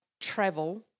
travel